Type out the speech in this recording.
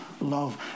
love